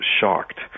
shocked